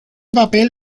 papel